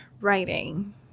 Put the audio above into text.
writing